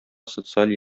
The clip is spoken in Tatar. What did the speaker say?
социаль